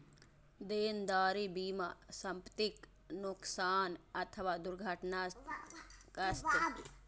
देनदारी बीमा संपतिक नोकसान अथवा दुर्घटनाग्रस्त भेला पर देनदारी के भुगतान करै छै